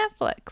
netflix